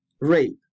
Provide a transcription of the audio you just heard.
rape